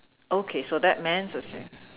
okay so that man is